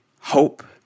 hope